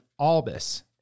albus